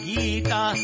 Gita